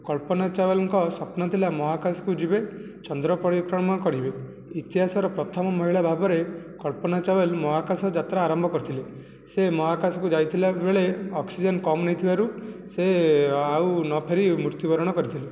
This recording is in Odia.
କଳ୍ପନା ଚାୱଲାଙ୍କ ସ୍ଵପ୍ନ ଥିଲା ମହାକାଶକୁ ଯିବେ ଚନ୍ଦ୍ର ପରିକ୍ରମା କରିବେ ଇତିହାସର ପ୍ରଥମ ମହିଳା ଭାବରେ କଳ୍ପନା ଚାୱଲା ମହାକାଶ ଯାତ୍ରା ଆରମ୍ଭ କରିଥିଲେ ସେ ମହାକାଶକୁ ଯାଇଥିଲାବେଳେ ଅକ୍ସିଜେନ କମ୍ ନେଇଥିବାରୁ ସେ ଆଉ ନଫେରି ମୃତ୍ୟୁବରଣ କରିଥିଲେ